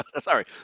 Sorry